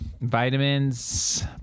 Vitamins